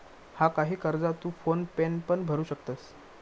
हा, काही कर्जा तू फोन पेन पण भरू शकतंस